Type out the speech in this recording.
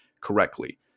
correctly